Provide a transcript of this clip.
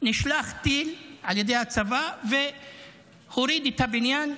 נשלח טיל על ידי הצבא והוריד את הבניין.